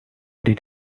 did